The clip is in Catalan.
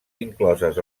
incloses